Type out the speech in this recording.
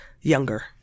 Younger